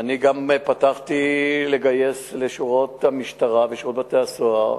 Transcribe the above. אני גם פתחתי גיוס לשורות המשטרה ושירות בתי-הסוהר,